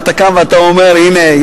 ואתה קם ואתה אומר: הנה,